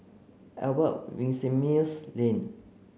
Albert Winsemius Lane